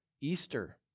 Easter